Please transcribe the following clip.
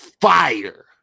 Fire